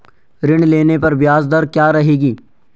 ऋण लेने पर ब्याज दर क्या रहेगी?